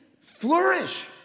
Flourish